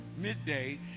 midday